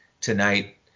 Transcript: tonight